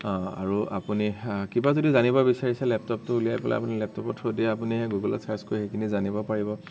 আৰু আপুনি কিবা যদি জানিব বিচাৰিছে লেপটপটো উলিয়াই পেলাই আপুনি লেপটপৰ থ্ৰয়েদি আপুনি গুগলত চাৰ্চ কৰি সেইখিনি জানিব পাৰিব